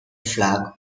flag